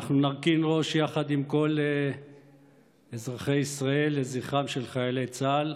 אנחנו נרכין ראש יחד עם כל אזרחי ישראל לזכרם של חיילי צה"ל,